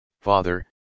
father